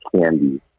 candy